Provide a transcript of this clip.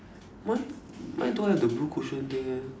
mine mine don't have the blue cushion thing eh